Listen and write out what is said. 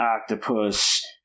octopus